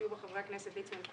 שיהיו בה חברי הכנסת: ליצמן,